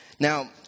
Now